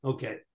Okay